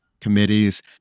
committees